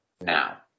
now